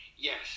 Yes